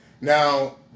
Now